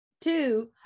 two